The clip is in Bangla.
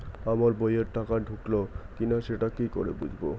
আমার বইয়ে টাকা ঢুকলো কি না সেটা কি করে বুঝবো?